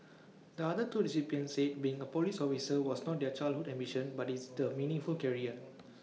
the other two recipients said being A Police officer was not their childhood ambition but it's the meaningful career